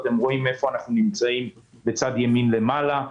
אתם רואים איפה אנחנו נמצאים בצד ימין למעלה.